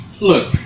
Look